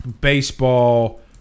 baseball